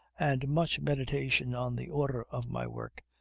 and much meditation on the order of my work,